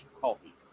coffee